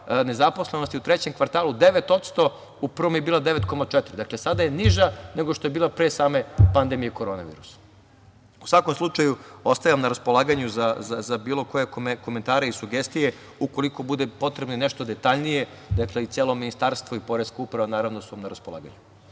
nezaposlenosti u trećem kvartalu 9%, a u prvom je bila 9,4%. Dakle, sada je niža nego što je bila pre same pandemije korona virusom.U svakom slučaju, ostajem na raspolaganju za bilo koje komentare i sugestije. Ukoliko bude potrebno i nešto detaljnije, celo Ministarstvo i Poreska uprava su vam na raspolaganju,